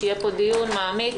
שיהיה פה דיון מעמיק,